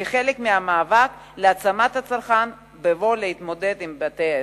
כחלק מהמאבק להעצמת הצרכן בבואו להתמודד עם בתי-העסק.